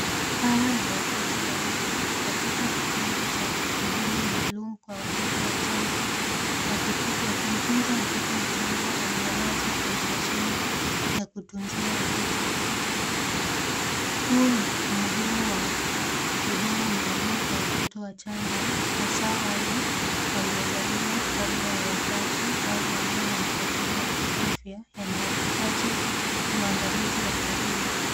Hawa ni wauguzi wawili katika kitengo cha huduma maalum kwa watoto wachanga, wakimtunza mtoto mchanga aliyelazwa kwenye mashine ya kutunzia watoto. Huu ni umuhimu wa huduma maalum kwa watoto wachanga, hasa wale waliozaliwa kabla ya wakati au walio na matatizo ya kiafya yanayohitaji uangalizi wa karibu.